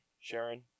Sharon